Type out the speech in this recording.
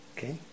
Okay